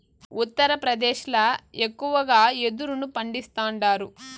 ఉత్తరప్రదేశ్ ల ఎక్కువగా యెదురును పండిస్తాండారు